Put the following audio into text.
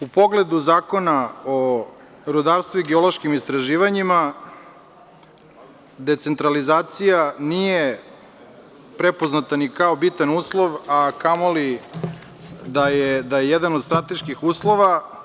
U pogledu Zakona o rudarstvu i geološkim istraživanjima, decentralizacija nije prepoznata ni kao bitan uslov, a kamo li da je jedan od strateških uslova.